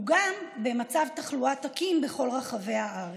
וגם במצב תחלואה תקין בכל רחבי הארץ.